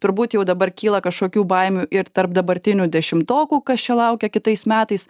turbūt jau dabar kyla kažkokių baimių ir tarp dabartinių dešimtokų kas čia laukia kitais metais